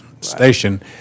station